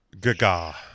Gaga